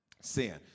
sin